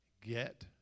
Get